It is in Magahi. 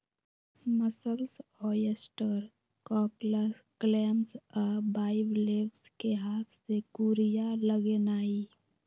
मसल्स, ऑयस्टर, कॉकल्स, क्लैम्स आ बाइवलेव्स कें हाथ से कूरिया लगेनाइ